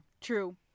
true